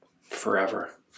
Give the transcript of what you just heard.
forever